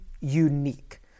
unique